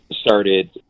started